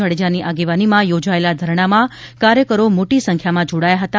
જાડેજાની આગેવાનીમાં યોજાયેલા ધરણામાં કાર્યકરો મોટી સંખ્યામાં જોડાયા હતા